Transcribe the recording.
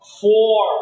four